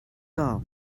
all